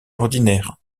ordinaire